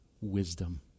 wisdom